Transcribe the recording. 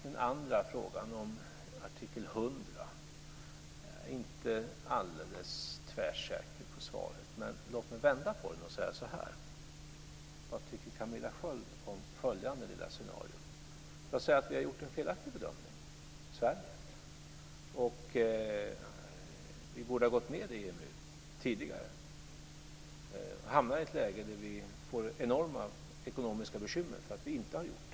Den andra frågan gäller artikel 100. Jag är inte alldeles tvärsäker på svaret. Men låt mig vända på den. Vad tycker Camilla Sköld Jansson om följande lilla scenario: Låt oss säga att vi har gjort en felaktig bedömning i Sverige, att vi borde ha gått med i EMU tidigare och att vi hamnar i ett läge där vi får enorma ekonomiska bekymmer därför att vi inte har gjort det.